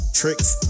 tricks